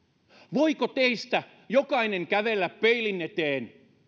voiko teistä jokainen kävellä peilin eteen